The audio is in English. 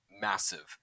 massive